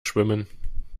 schwimmen